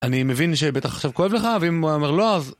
אני מבין שבטח עכשיו כואב לך, ואם הוא היה אומר לא, אז...